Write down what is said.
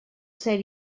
ser